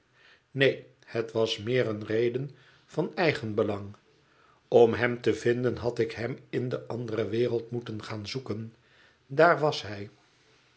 neen het was meer eene reden van eigenbelang om hem te vinden had ik hem in de andere wereld moeten gaan zoeken daar was hij